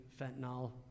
fentanyl